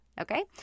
Okay